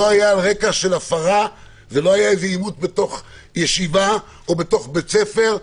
לא היה על רקע של הפרה ולא היה איזה עימות בתוך ישיבה או בתוך בית ספר.